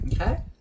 okay